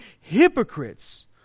hypocrites